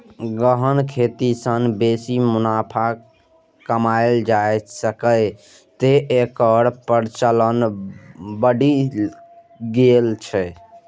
गहन खेती सं बेसी मुनाफा कमाएल जा सकैए, तें एकर प्रचलन बढ़ि गेल छै